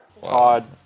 Todd